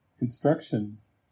instructions